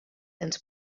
ens